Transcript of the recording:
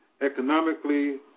economically